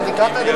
אתה תיקנת את זה?